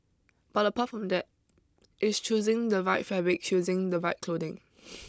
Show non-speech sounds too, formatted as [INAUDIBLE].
but apart from that it's choosing the right fabric choosing the right clothing [NOISE]